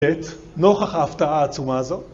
את נוכח ההפתעה העצומה הזו.